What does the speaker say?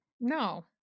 No